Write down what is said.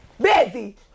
Busy